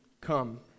come